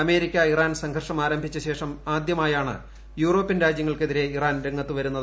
America Iran സംഘർഷം ആരംഭിച്ചശേഷം ആദ്യമായാണ് യൂറോപ്യൻ രാജ്യങ്ങൾക്കെതിരെ ഇറാൻ രംഗത്തുവരുന്നത്